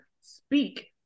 speak